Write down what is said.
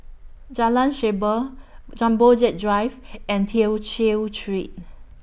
Jalan Shaer Jumbo Jet Drive and Tew Chew Street